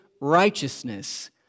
righteousness